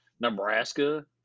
Nebraska